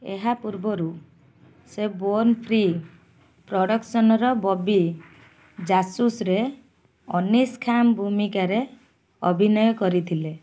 ଏହା ପୂର୍ବରୁ ସେ ବୋର୍ନ ଫ୍ରି ପ୍ରଡ଼କ୍ସନ୍ର ବବି ଜାସୁସରେ ଅନିସ ଖାନ ଭୂମିକାରେ ଅଭିନୟ କରିଥିଲେ